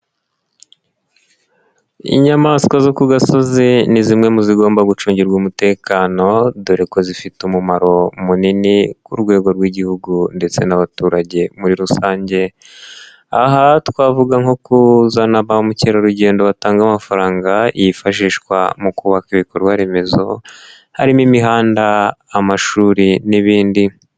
Inyamaswa zo ku gasozi, ni zimwe mu zigomba gucungirwa umutekano, dore ko zifite umumaro munini, ku rwego rw'igihugu ndetse n'abaturage muri rusange, aha twavuga nko kuzana ba mukerarugendo batanga amafaranga, yifashishwa mu kubaka ibikorwa remezo, harimo imihanda, amashuri n'ibindi.